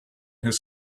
his